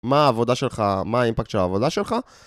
מה העבודה שלך? מה האימפקט של העבודה שלך?